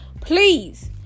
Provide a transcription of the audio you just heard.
please